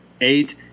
eight